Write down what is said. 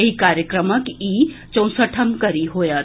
एहि कार्यक्रमक ई चौंसठम कड़ी होएत